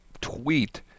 tweet